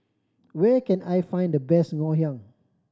where can I find the best Ngoh Hiang